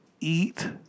eat